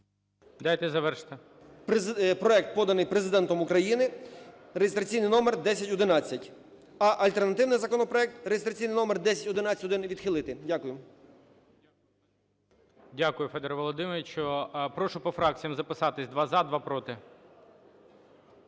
Дякую, Федір Володимирович. Прошу по фракція записатися: два – за, два – проти.